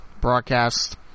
broadcast